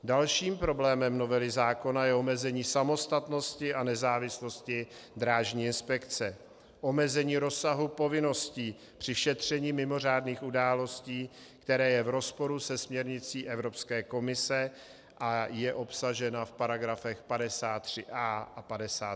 Dalším problémem novely zákona je omezení samostatnosti a nezávislosti drážní inspekce, omezení rozsahu povinností při šetření mimořádných událostí, které je v rozporu se směrnicí Evropské komise, a je obsažena v § 53a a 53b.